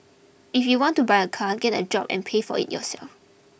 if you want to buy a car get a job and pay for it yourself